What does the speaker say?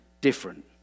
different